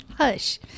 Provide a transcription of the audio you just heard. hush